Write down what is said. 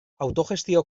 autogestio